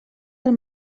del